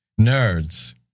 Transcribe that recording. nerds